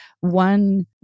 One